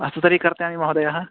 अस्तु तर्हि कर्तयामि महोदय